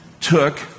took